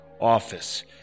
office